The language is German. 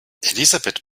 elisabeth